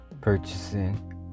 purchasing